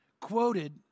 quoted